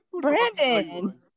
Brandon